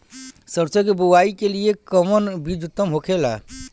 सरसो के बुआई के लिए कवन बिज उत्तम होखेला?